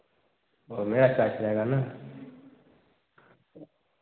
room में attach रहेगा ना